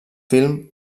film